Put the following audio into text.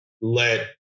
let